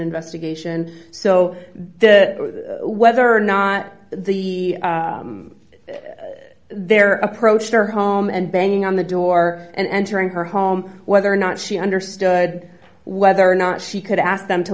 investigation so whether or not the there approached her home and banging on the door and entering her home whether or not she understood whether or not she could ask them to